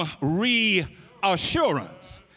reassurance